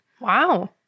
Wow